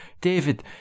David